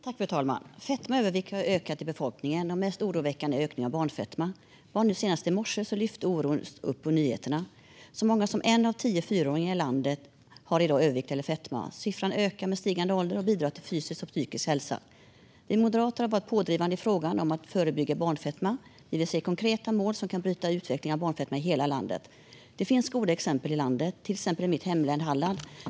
Fru talman! Fetma och övervikt har ökat i befolkningen. Mest oroväckande är ökningen av barnfetma. Senast i morse togs oron upp i nyheterna. Så många som en av tio fyraåringar i landet har i dag övervikt eller fetma. Siffran ökar med stigande ålder och bidrar till fysisk och psykisk ohälsa. Vi moderater har varit pådrivande i frågan om att förebygga barnfetma. Vi vill se konkreta mål som kan bryta utvecklingen av barnfetma i hela landet. Det finns goda exempel i landet, till exempel i mitt hemlän Halland.